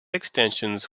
extensions